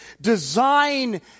design